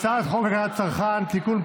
הצעת חוק הגנת הצרכן (תיקון,